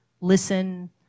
listen